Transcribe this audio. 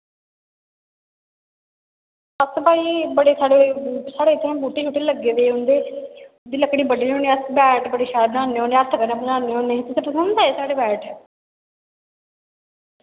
अस भाई बड़े साढ़े साढ़े इत्थै बूह्टे शूह्टे लग्गे दे उं'दे उं'दी लकड़ी बड्ढने होन्ने अस बैट बड़े शैल बनान्ने होन्ने हत्थ कन्नै बनान्ने होन्ने साढ़े बैट